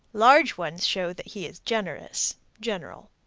large ones show that he is generous. general.